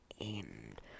end